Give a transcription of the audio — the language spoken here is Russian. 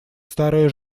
старая